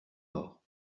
mort